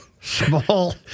small